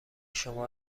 شما